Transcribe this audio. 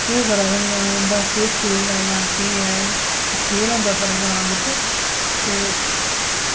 केह् करा दे न जां इंदा केह् खेढ ऐ जां केह् ऐ एह् ओह् खेढ होंदा साढ़े ग्रां बिच ते